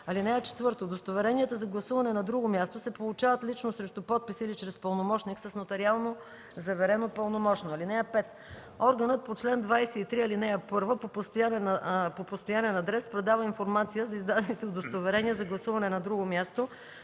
изборния ден. (4) Удостоверенията за гласуване на друго място се получават лично срещу подпис или чрез пълномощник с нотариално заверено пълномощно. (5) Органът по чл. 23, ал. 1 по постоянен адрес предава информация за издадените удостоверения за гласуване на друго място